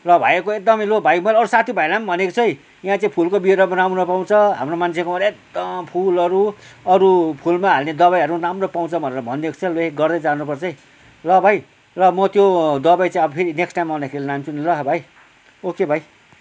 र भाइहरूको एकदमै लु भाइ मलाई अरू साथि भाइलाई पनि भनेको छु है यहाँ चाहिँ फुलको बिरुवा पनि राम्रो पाउँछ हाम्रो मान्छेकोमा त एकदम फुलहरू अरू फुलमा हाल्ने दबाईहरू राम्रो पाउँछ भनेर भनिदिएको छु लु है गर्दै जानु पर्छ है ल भाइ ल म त्यो दबाई चाहिँ अब फेरि नेक्स्ट टाइम आउँदाखेरि लान्छु नि ल भाइ ओके भाइ